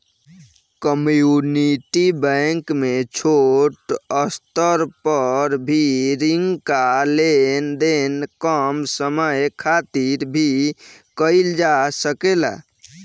community bank में छोट स्तर पर भी रिंका लेन देन कम समय खातिर भी कईल जा सकेला